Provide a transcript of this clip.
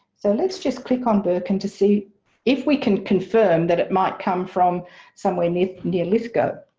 so let's just click on birkin to see if we can confirm that it might come from somewhere near near lithgow